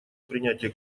принятие